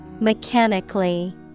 Mechanically